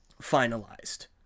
finalized